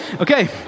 Okay